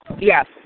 Yes